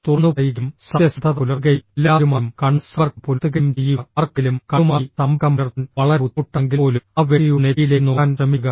തുറന്നുപറയുകയും സത്യസന്ധത പുലർത്തുകയും എല്ലാവരുമായും കണ്ണ് സമ്പർക്കം പുലർത്തുകയും ചെയ്യുക ആർക്കെങ്കിലും കണ്ണുമായി സമ്പർക്കം പുലർത്താൻ വളരെ ബുദ്ധിമുട്ടാണെങ്കിൽപ്പോലും ആ വ്യക്തിയുടെ നെറ്റിയിലേക്ക് നോക്കാൻ ശ്രമിക്കുക